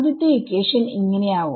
ആദ്യത്തെ ഇക്വേഷൻ ഇങ്ങനെയാവും